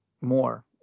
more